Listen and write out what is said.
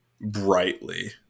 brightly